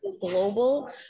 global